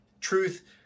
Truth